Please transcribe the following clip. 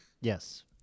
Yes